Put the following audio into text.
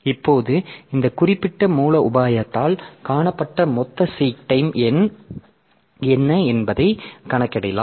இப்போது இந்த குறிப்பிட்ட மூல உபாயத்தால் காணப்பட்ட மொத்த சீக் டைம் என்ன என்பதை கணக்கிடலாம்